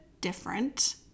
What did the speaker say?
different